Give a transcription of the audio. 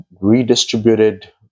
redistributed